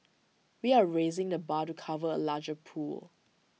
we are raising the bar to cover A larger pool